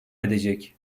edecek